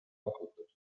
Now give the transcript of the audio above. pakutud